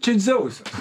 čia dzeusas